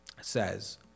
says